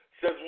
Says